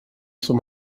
som